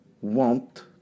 want